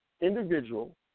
individual